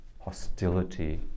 hostility